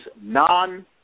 non-